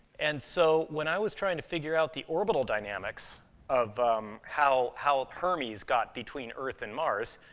and so, when i was trying to figure out the orbital dynamics of how how hermes got between earth and mars,